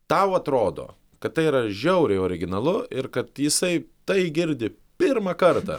tau atrodo kad tai yra žiauriai originalu ir kad jisai tai girdi pirmą kartą